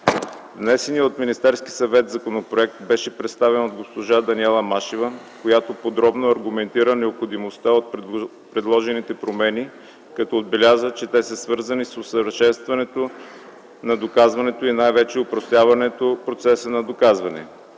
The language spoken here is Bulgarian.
Внесеният от Министерския съвет законопроект беше представен от госпожа Даниела Машева, която подробно аргументира необходимостта от предложените промени, като отбеляза, че те са свързани с усъвършенстване на доказването и най-вече опростяване процеса на доказване.